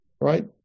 right